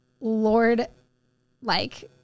Lord-like